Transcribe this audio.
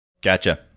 Gotcha